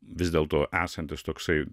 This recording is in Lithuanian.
vis dėlto esantis toksai